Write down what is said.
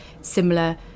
similar